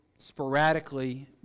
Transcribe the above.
sporadically